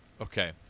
Okay